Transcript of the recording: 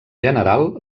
general